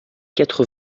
quatre